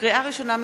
לקריאה ראשונה,